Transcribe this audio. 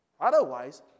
Otherwise